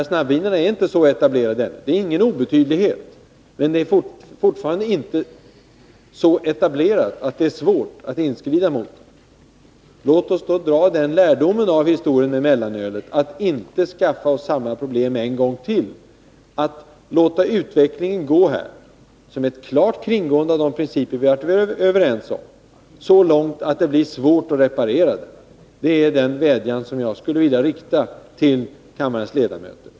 Snabbvinerna är ännu inte så etablerade. De är ingen obetydlighet, men de är fortfarande inte så etablerade att det är svårt att inskrida mot dem. Låt oss då dra lärdom av historien med mellanölet och inte skaffa oss samma problem en gång till genom att låta utvecklingen — som innebär ett klart kringgående av de principer vi har varit överens om — gå så långt att det blir svårt att reparera skadorna! Den vädjan skulle jag vilja rikta till kammarens ledamöter.